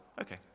Okay